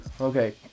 Okay